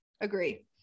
Agree